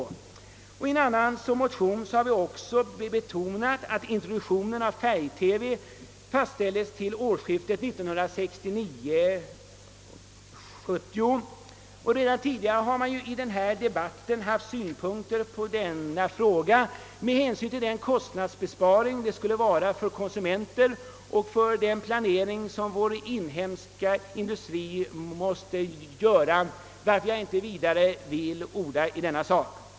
I ytterligare en annan motion har vi yrkat att introduktionen av färg-TV skall ske vid årsskiftet 1969—1970. Samma synpunkter har också tidigare framförts i debatten, och då med hänsyn till den kostnadsbesparing detta skulle innebära för konsumenterna och för den nödvändiga planeringen i vår inhemska industri. Jag skall därför inte nu orda vidare i denna sak.